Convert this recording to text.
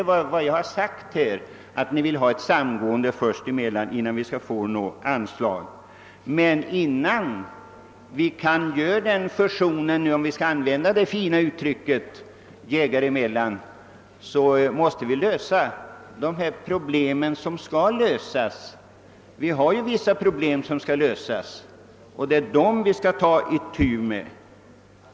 Jag har ju sagt att Ni önskar ett samgående innan det lämnas anslag men innan fusionen kommer till stånd — om vi nu skall använda detta fina ord oss jägare emellan — måste vi lösa de problem som nödvändigtvis måste klaras av. Det finns i alla fall vissa frågor som måste lösas, och dem måste vi ta itu med.